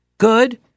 Good